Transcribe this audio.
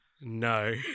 No